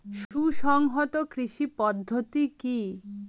সুসংহত কৃষি পদ্ধতি কি?